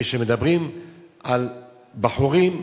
כשמדברים על בחורים,